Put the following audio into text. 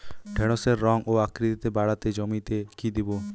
ঢেঁড়সের রং ও আকৃতিতে বাড়াতে জমিতে কি দেবো?